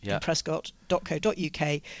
prescott.co.uk